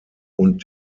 und